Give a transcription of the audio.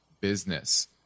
business